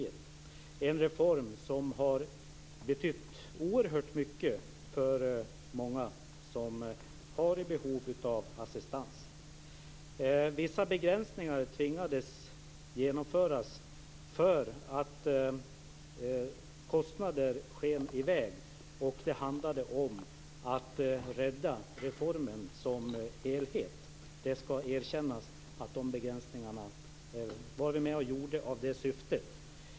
Det är en reform som har betytt oerhört mycket för många som har behov av assistans. Vi tvingades att genomföra vissa begränsningar därför att kostnaderna skenade i väg. Det handlade om att rädda reformen som helhet. Det skall erkännas att vi i det syftet var med och gjorde de begränsningarna.